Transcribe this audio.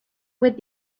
with